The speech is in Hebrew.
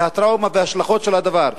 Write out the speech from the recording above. והטראומה וההשלכות של הדבר.